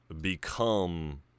become